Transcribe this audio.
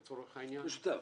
משותף.